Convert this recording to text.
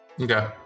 Okay